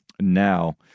now